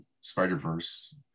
Spider-Verse